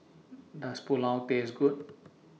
Does Pulao Taste Good